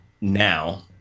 now